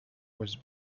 was